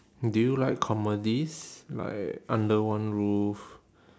do you like comedies like under one roof